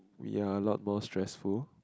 we are a lot more stressful